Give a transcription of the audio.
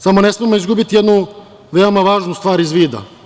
Samo ne smemo izgubiti jednu veoma važnu stvar iz vida.